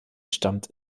stammt